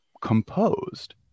composed